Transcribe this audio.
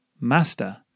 master